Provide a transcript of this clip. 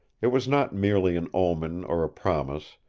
it was not merely an omen or a promise,